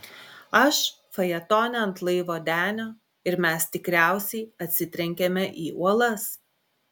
aš fajetone ant laivo denio ir mes tikriausiai atsitrenkėme į uolas